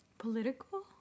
political